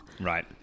Right